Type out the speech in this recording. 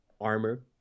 armor